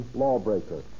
lawbreaker